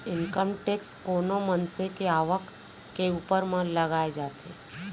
income tax कोनो मनसे के आवक के ऊपर म लगाए जाथे